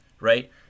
right